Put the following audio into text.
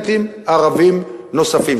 סטודנטים ערבים נוספים.